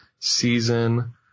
season